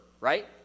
Right